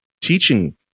Teaching